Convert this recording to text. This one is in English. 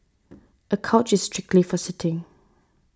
a couch is strictly for sitting